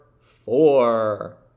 four